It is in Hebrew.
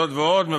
זאת ועוד,